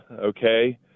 okay